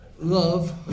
Love